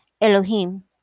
Elohim